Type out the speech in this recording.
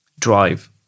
drive